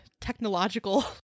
technological